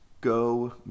go